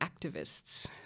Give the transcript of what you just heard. activists